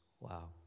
Wow